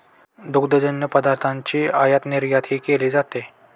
दुग्धजन्य पदार्थांची आयातनिर्यातही केली जाते